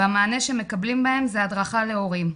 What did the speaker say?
והמענה שמקבלים בהם זה הדרכה להורים.